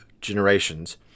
generations